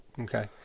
Okay